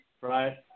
right